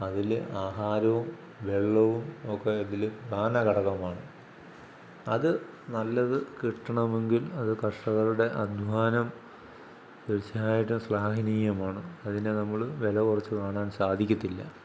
അതിൽ ആഹാരവും വെള്ളവും ഒക്കെ ഇതിൽ പ്രധാന ഘടകമാണ് അത് നല്ലത് കിട്ടണമെങ്കിൽ അത് കർഷകരുടെ അധ്വാനം തീർച്ചയായിട്ടും സ്ലാഹനീയമാണ് അതിനെ നമ്മൾ വിലകുറച്ച് കാണാൻ സാധിക്കത്തില്ല